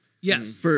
Yes